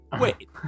wait